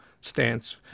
stance